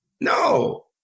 No